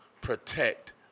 protect